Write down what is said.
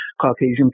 Caucasian